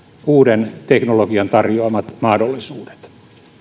uuden teknologian tarjoamat mahdollisuudet